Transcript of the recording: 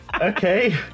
okay